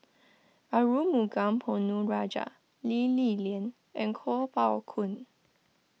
Arumugam Ponnu Rajah Lee Li Lian and Kuo Pao Kun